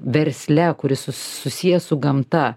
versle kuris su susijęs su gamta